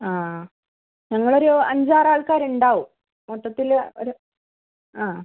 അ ഞങ്ങളൊരു അഞ്ച് ആറ് ആൾക്കാര് ഉണ്ടാവും മൊത്തത്തിൽ ഒരു അ